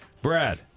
Brad